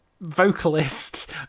vocalist